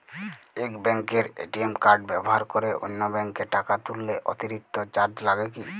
এক ব্যাঙ্কের ATM card ব্যবহার করে অন্য ব্যঙ্কে টাকা তুললে অতিরিক্ত চার্জ লাগে কি?